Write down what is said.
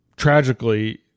Tragically